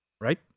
Right